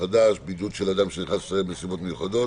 החדש (בידוד של אדם שנכנס לישראל בנסיבות מיוחדות)